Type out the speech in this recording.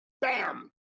bam